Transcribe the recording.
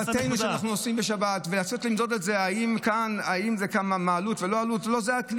אני הייתי סגן ראש עיר כמעט 15 שנה בתקופת